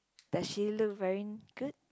does she look very good